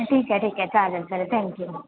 ठीक आहे ठीक आहे चालेल चालेल थँक्यू